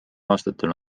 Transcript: aastatel